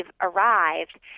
arrived